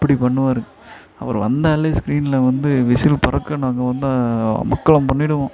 அப்படி பண்ணுவார் அவர் வந்தாலே ஸ்க்ரீனில் வந்து விசில் பறக்க நாங்கள் வந்து அமர்க்களம் பண்ணிவிடுவோம்